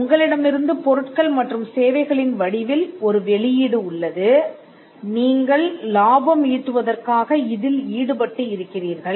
உங்களிடமிருந்து பொருட்கள் மற்றும் சேவைகளின் வடிவில் ஒரு வெளியீடு உள்ளதுநீங்கள் லாபம் ஈட்டுவதற்காக இதில் ஈடுபட்டு இருக்கிறீர்கள்